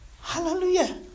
Hallelujah